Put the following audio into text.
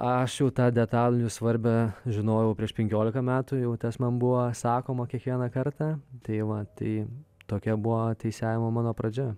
aš jau tą detalių svarbią žinojau prieš penkiolika metų jau tas man buvo sakoma kiekvieną kartą tai va tai tokia buvo teisėjavimo mano pradžia